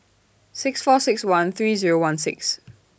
six four six one three Zero one six